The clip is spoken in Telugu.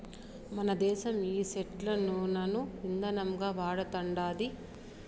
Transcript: మనదేశం ఈ సెట్ల నూనను ఇందనంగా వాడతండాది